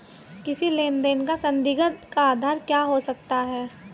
किसी लेन देन का संदिग्ध का आधार क्या हो सकता है?